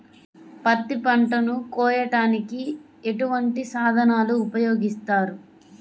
పత్తి పంటను కోయటానికి ఎటువంటి సాధనలు ఉపయోగిస్తారు?